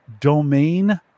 domain